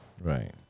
Right